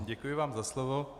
Děkuji vám za slovo.